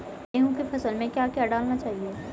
गेहूँ की फसल में क्या क्या डालना चाहिए?